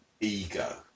ego